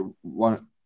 one